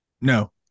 No